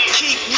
keep